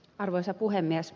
arvoisa puhemies